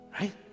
right